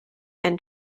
and